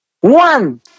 One